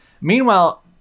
Meanwhile